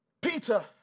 Peter